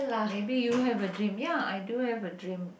maybe you have a dream ya I do have a dream